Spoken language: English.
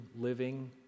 living